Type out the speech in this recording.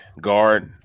guard